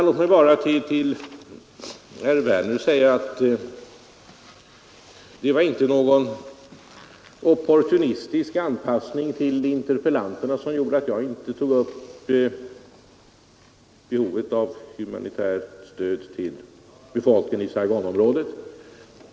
Låt mig till herr Werner säga att det inte var någon opportunistisk anpassning till interpellanterna som gjorde att jag inte tog upp behovet av humanitärt stöd till befolkningen i Saigonområdet.